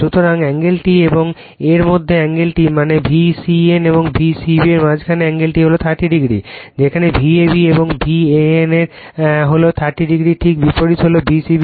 সুতরাং এই এ্যাঙ্গেলটি এবং এর মধ্যের এ্যাঙ্গেলটি মানে VCN এবং V c b এর মাঝখানে এ্যাঙ্গেলটি হল 30o যেমন V ab এবং V AN হল 30o ঠিক বিপরীত হলো V c b